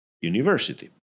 university